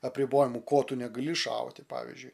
apribojimų ko tu negali šauti pavyzdžiui